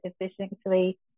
efficiently